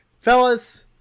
Fellas